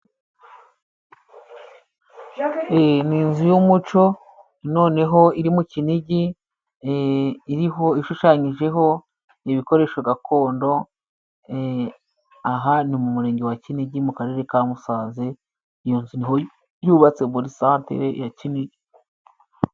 Ni inzu y'umuco noneho iri mu Kinigi, iriho ishushanyijeho ibikoresho gakondo. Aha ni mu Murenge wa Kinigi, mu Karere ka Musanze. Iyo nzu ni ho yubatse muri santere ya Kinigi.